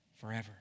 Forever